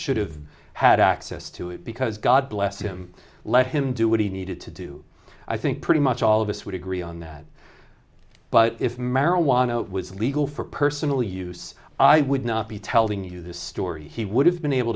should have had access to it because god bless him let him do what he needed to do i think pretty much all of us would agree on that but if marijuana was legal for personal use i would not be telling you this story he would have been able